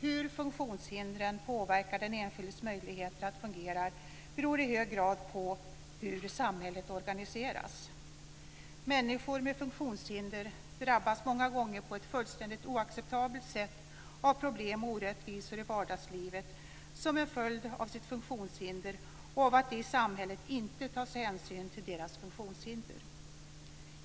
Hur funktionshindret påverkar den enskildes möjligheter att fungera beror i hög grad på hur samhället organiseras. Människor med funktionshinder drabbas många gånger på ett fullständigt oacceptabelt sätt av problem och orättvisor i vardagslivet som en följd av sitt funktionshinder och av att det i samhället inte tas hänsyn till deras funktionshinder.